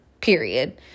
period